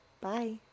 Bye